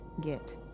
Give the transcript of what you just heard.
get